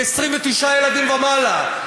מ-29 ילדים ומעלה.